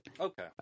Okay